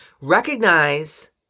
recognize